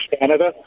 Canada